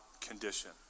condition